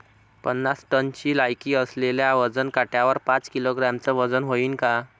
पन्नास टनची लायकी असलेल्या वजन काट्यावर पाच किलोग्रॅमचं वजन व्हईन का?